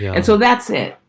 yeah and so that's it.